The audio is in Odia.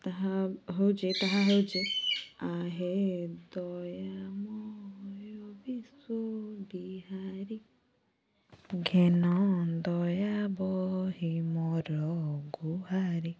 ତାହା ହେଉଛି ତାହା ହେଉଛି ଆହେ ଦୟାମୟ ବିଶ୍ଵ ବିହାରୀ ଘେନ ଦୟା ବହି ମୋର ଗୁହାରି